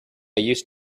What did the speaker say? used